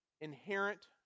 inherent